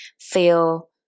feel